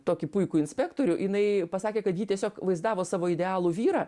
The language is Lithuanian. tokį puikų inspektorių jinai pasakė kad ji tiesiog vaizdavo savo idealų vyrą